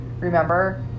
Remember